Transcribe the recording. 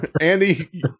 Andy